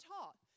taught